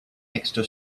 extra